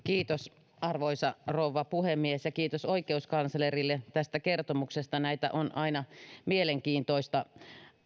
arvoisa rouva puhemies kiitos oikeuskanslerille tästä kertomuksesta näitä on aina mielenkiintoista